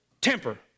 temper